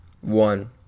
one